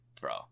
Bro